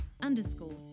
underscore